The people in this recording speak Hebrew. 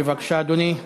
בבקשה, אדוני.